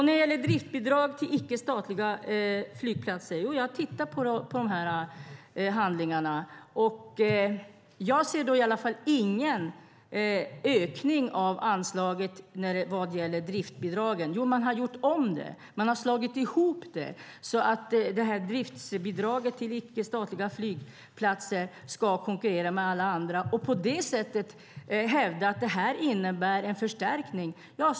När det gäller driftsbidrag till icke statliga flygplatser har jag tittat på de här handlingarna. Jag ser i alla fall ingen ökning av anslaget vad gäller driftsbidragen. Man har gjort om det. Man har slagit ihop det så att driftsbidraget till icke statliga flygplatser ska konkurrera med alla andra. På det sättet hävdar man att det här innebär en förstärkning.